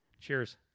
Cheers